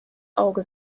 auge